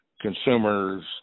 consumers